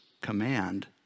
command